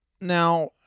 Now